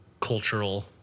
cultural